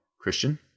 Christian